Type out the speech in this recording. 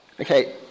okay